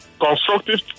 constructive